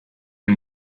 nie